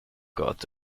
gott